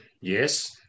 Yes